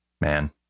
man